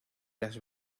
las